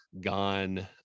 gone